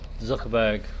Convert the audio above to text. Zuckerberg